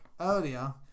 earlier